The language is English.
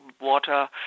water